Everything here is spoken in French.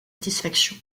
satisfaction